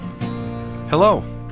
Hello